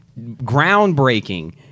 groundbreaking